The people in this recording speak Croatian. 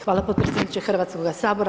Hvala potpredsjedniče Hrvatskog sabora.